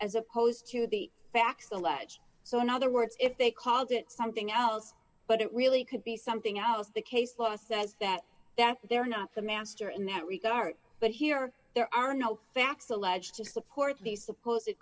as opposed to the facts alleged so in other words if they called it something else but it really could be something else the case law says that that they're not the master in that regard but here there are no facts alleged to support these suppo